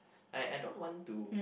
I I don't want to